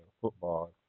football